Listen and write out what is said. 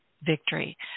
Victory